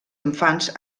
infants